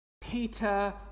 Peter